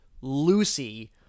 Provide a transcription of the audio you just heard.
Lucy